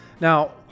Now